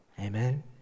Amen